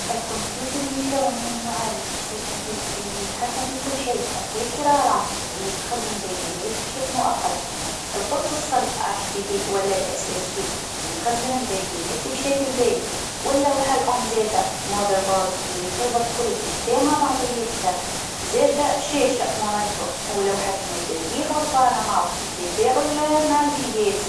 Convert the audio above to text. الكمبيوتر يتكون من معالج سي بي ايه، اللي يتحكم في كل شي، الذاكرة رام اللي تخزن البيانات بشكل مؤقت، القرص الصلب أش ديه ديه ولا الأس أس ديه اللي يخزن البيانات بشكل دايم، واللوحة الأم زاده موذر بورد اللي تربط كل الأجسام مع بعضها، زاده الشاشه مونيتور ولوحة المفاتيح و الفأره ماوس للتفاعل مع الجهاز.